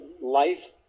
life